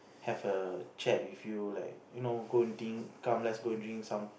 have a chat with you like you know go eating come let's go drink some